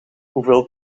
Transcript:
hoeveel